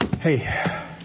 Hey